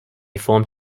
formed